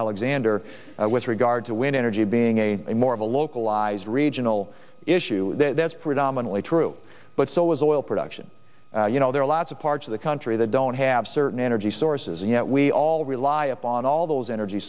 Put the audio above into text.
alexander with regard to wind energy being a more of a localized regional issue that's predominantly true but so is oil production you know there are lots of parts of the country that don't have certain energy sources and yet we all rely upon all those energy